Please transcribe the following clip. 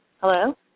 Hello